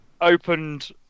Opened